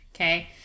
Okay